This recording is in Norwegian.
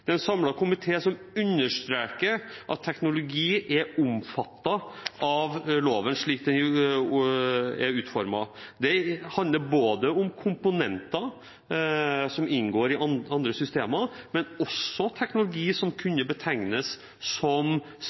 En samlet komité understreker at teknologi er omfattet av loven slik den er utformet. Det handler om at både komponenter som inngår i andre systemer, og også teknologi som kunne betegnes som